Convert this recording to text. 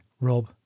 Rob